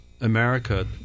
America